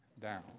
Down